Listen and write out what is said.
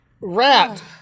rat